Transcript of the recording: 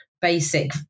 basic